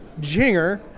Jinger